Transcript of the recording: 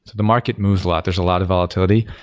the market moves a lot. there's a lot of volatility,